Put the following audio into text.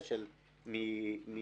וזה נכון לימין,